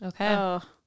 Okay